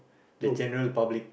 the general public